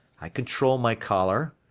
i control my choler,